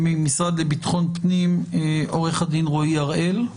וממשרד לביטחון פנים, עורך הדין רועי הראל.